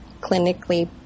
clinically